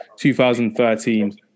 2013